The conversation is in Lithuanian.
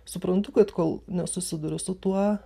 suprantu kad kol nesusiduri su tuo